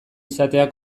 izatea